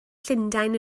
llundain